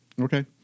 Okay